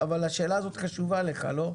השאלה הזאת חשובה לך, לא?